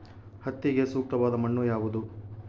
ಹತ್ತಿಗೆ ಸೂಕ್ತವಾದ ಮಣ್ಣು ಯಾವುದು?